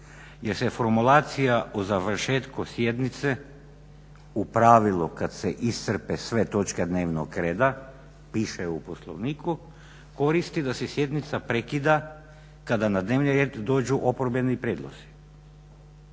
jer se formulacija o završetku sjednice u pravilu kad se iscrpe sve točke dnevnog reda piše u Poslovniku, koristi da se sjednica prekida kada na dnevni red dođu oporbeni prijedlozi.